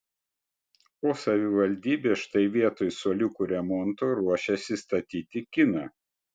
o savivaldybė štai vietoj suoliukų remonto ruošiasi statyti kiną